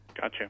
Gotcha